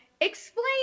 explain